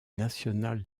nationale